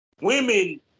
women